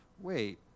wait